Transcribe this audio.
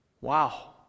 Wow